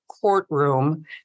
courtroom